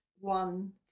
one